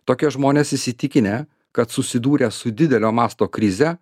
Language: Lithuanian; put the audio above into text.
tokie žmonės įsitikinę kad susidūrę su didelio masto krize